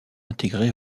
intégré